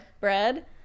bread